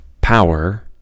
Power